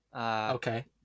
Okay